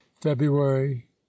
february